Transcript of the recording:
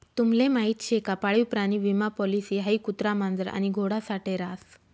तुम्हले माहीत शे का पाळीव प्राणी विमा पॉलिसी हाई कुत्रा, मांजर आणि घोडा साठे रास